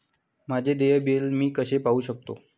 माझे देय बिल मी कसे पाहू शकतो?